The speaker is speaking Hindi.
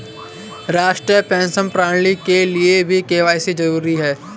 राष्ट्रीय पेंशन प्रणाली के लिए भी के.वाई.सी जरूरी है